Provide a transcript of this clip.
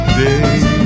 day